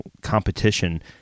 competition